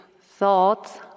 thoughts